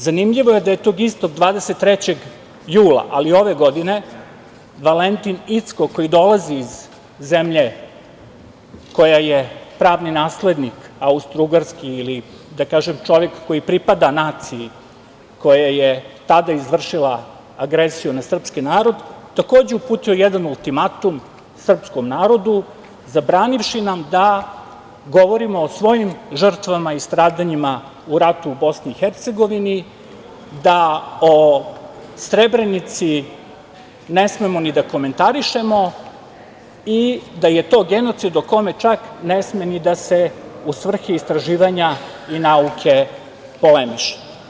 Zanimljivo je da je tog istog 23. jula, ali ove godine, Valentin Incko, koji dolazi iz zemlje koja je pravni naslednik austro-ugarski, ili da kažem čovek koji pripada naciji koja je tada izvršila agresiju na srpski narod, takođe uputio jedan ultimatum srpskom narodu, zabranivši nam da govorimo o svojim žrtvama i stradanjima u ratu u BiH, da o Srebrenici ne smemo ni da komentarišemo i da je to genocid o kome čak ne sme, ni da se u svrhe istraživanja i nauke polemiše.